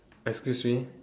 excuse me